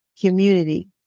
community